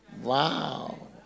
Wow